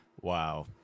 wow